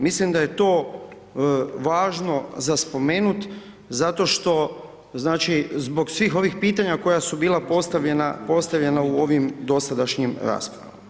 Mislim da je to važno za spomenuti zato što znači zbog svih ovih pitanja koja su bila postavljena u ovim dosadašnjim raspravama.